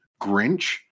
Grinch